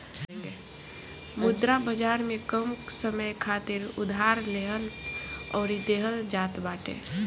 मुद्रा बाजार में कम समय खातिर उधार लेहल अउरी देहल जात बाटे